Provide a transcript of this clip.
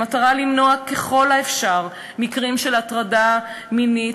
במטרה למנוע ככל האפשר מקרים של הטרדה מינית,